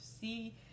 see